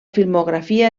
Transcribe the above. filmografia